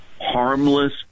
harmless